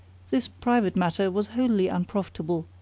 this private matter was wholly unprofitable,